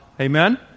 Amen